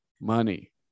money